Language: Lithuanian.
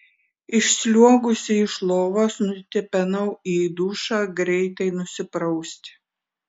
išsliuogusi iš lovos nutipenau į dušą greitai nusiprausti